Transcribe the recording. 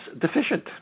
deficient